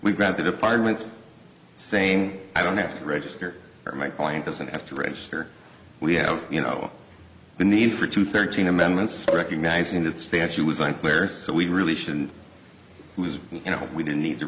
got the department saying i don't have to register my client doesn't have to register we have you know the need for two thirteen amendments recognizing that statue was unclear so we really shouldn't it was you know we didn't need to